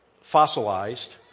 fossilized